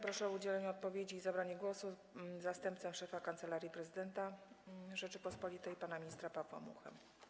Proszę o udzielenie odpowiedzi i zabranie głosu zastępcę szefa Kancelarii Prezydenta Rzeczypospolitej Polskiej pana ministra Pawła Muchę.